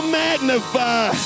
magnify